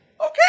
Okay